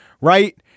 right